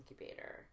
incubator